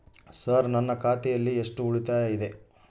Sir ನನ್ನ ಖಾತೆಯಲ್ಲಿ ಎಷ್ಟು ಉಳಿತಾಯ ಇದೆ?